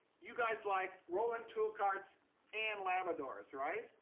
you guys like rolling tool carts and labradors, right?